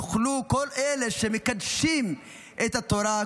כל אלה שמקדשים את התורה,